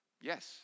Yes